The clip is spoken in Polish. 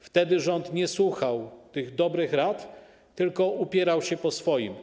Wtedy rząd nie słuchał dobrych rad, tylko upierał się przy swoim.